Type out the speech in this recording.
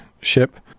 ship